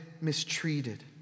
mistreated